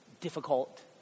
difficult